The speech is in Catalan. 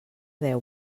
deu